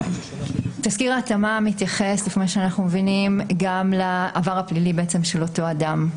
שתסקיר ההתאמה מתייחס גם לעבר הפלילי של אותו אדם.